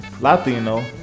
Latino